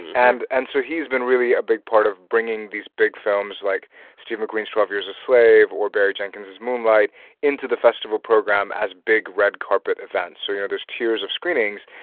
and and so he's been really a big part of bringing these big films like steve mcqueen's twelve years a slave or barry jenkins' moonlight into the festival program as big, red carpet events. so you know, there's tiers of screenings,